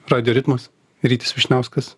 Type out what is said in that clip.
radijo ritmas rytis vyšniauskas